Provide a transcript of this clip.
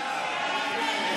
ההצעה להעביר את